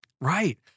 Right